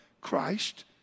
Christ